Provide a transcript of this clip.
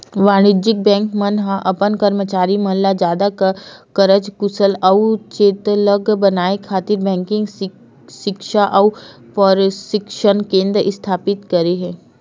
वाणिज्य बेंक मन ह अपन करमचारी मन ल जादा कारज कुसल अउ चेतलग बनाए खातिर बेंकिग सिक्छा अउ परसिक्छन केंद्र इस्थापित करे हे